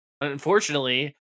unfortunately